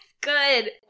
Good